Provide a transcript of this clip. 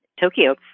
Tokyo